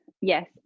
Yes